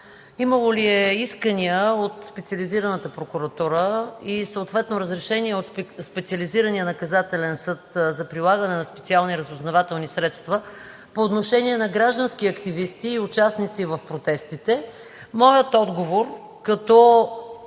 имало ли е искания от Специализираната прокуратура и съответно разрешения от Специализирания наказателен съд за прилагане на специални разузнавателни средства по отношение на граждански активисти и участници в протестите моят отговор, като